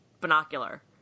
binocular